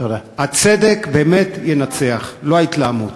הצדק באמת ינצח, לא ההתלהמות.